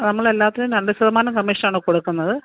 നമ്മൾ എല്ലാത്തിനും രണ്ട് ശതമാനം കമ്മീഷൻ ആണ് കൊടുക്കുന്നത്